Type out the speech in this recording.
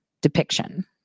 depiction